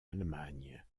allemagne